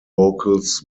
vocals